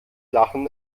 lachen